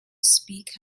speak